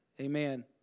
Amen